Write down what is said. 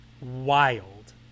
wild